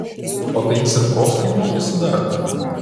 o tai jis ir profkėj mokėsi dar